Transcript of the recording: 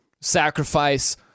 sacrifice